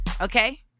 okay